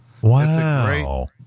Wow